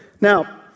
Now